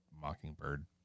mockingbird